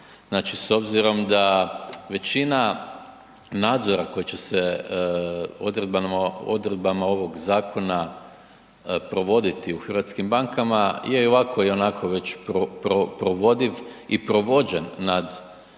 znači s obzirom da većina nadzora koji će se odredbama ovog zakona provoditi u hrvatskim bankama je i ovako i onako već provodiv i provođen nad